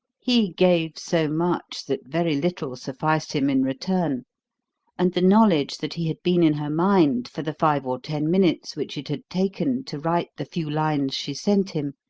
he gave so much that very little sufficed him in return and the knowledge that he had been in her mind for the five or ten minutes which it had taken to write the few lines she sent him,